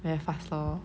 very fast lor